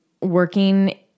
working